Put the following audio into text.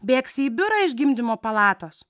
bėgsi į biurą iš gimdymo palatos